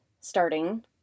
starting